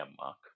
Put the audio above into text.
Mark